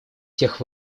тех